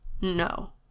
No